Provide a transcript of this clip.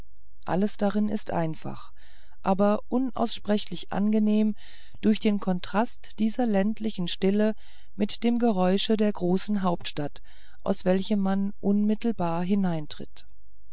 alles darin ist einfach aber unaussprechlich angenehm durch den kontrast dieser ländlichen stille mit dem geräusche der großen hauptstadt aus welchem man unmittelbar